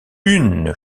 une